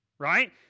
right